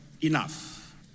enough